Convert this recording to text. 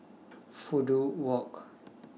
Fudu Walk